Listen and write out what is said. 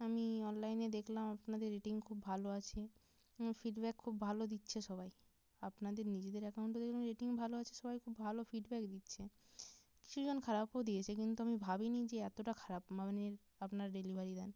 আমি অনলাইনে দেখলাম আপনাদের রেটিং খুব ভালো আছে ফিডব্যাক খুব ভালো দিচ্ছে সবাই আপনাদের নিজেদের অ্যাকাউন্টও দেখলাম রেটিং ভালো আছে সবাই খুব ভালো ফিডব্যাক দিচ্ছে কিছু জন খারাপও দিয়েছে কিন্তু আমি ভাবিনি যে এতটা খারাপ মানের আপনারা ডেলিভারি দেন